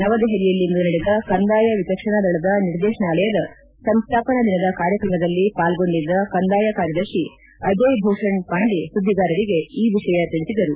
ನವದೆಹಲಿಯಲ್ಲಿಂದು ನಡೆದ ಕಂದಾಯ ವಿಚಕ್ಷಣಾ ದಳದ ನಿರ್ದೇತನಾಲಯದ ಸಂಸ್ಥಾಪನಾ ದಿನದ ಕಾರ್ಯಕ್ರಮದಲ್ಲಿ ಪಾಲ್ಗೊಂಡಿದ್ದ ಕಂದಾಯ ಕಾರ್ಯದರ್ಶಿ ಅಜಯ್ ಭೂಷಣ್ ಪಾಂಡೆ ಸುದ್ದಿಗಾರರಿಗೆ ಈ ವಿಷಯ ತಿಳಿಸಿದರು